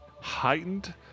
heightened